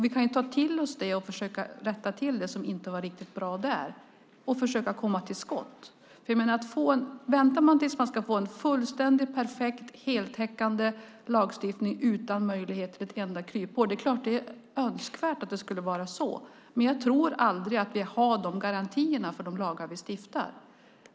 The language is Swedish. Vi kan ta till oss det och försöka rätta till det som inte var riktigt bra där och försöka komma till skott. Det är klart att det är önskvärt att få en fullständig, perfekt, heltäckande lagstiftning utan möjlighet till ett enda kryphål, men jag tror aldrig att vi kan få sådana garantier för de lagar vi stiftar.